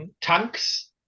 tanks